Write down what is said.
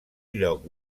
lloc